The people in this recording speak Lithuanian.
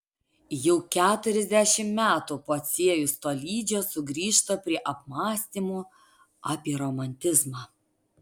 jau keturiasdešimt metų pociejus tolydžio sugrįžta prie apmąstymų apie romantizmą